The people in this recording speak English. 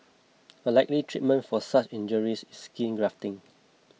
a likely treatment for such injuries is skin grafting